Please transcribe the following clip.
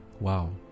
Wow